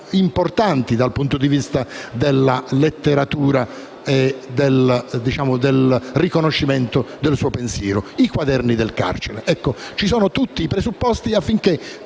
importanti dal punto di vista della letteratura e del riconoscimento del suo pensiero, contenute nell'opera «Quaderni del carcere». Ci sono tutti i presupposti affinché